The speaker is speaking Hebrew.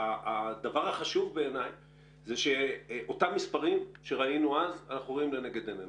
והדבר החשוב בעיניי זה שאותם מספרים שראינו אז אנחנו רואים לנגד עינינו.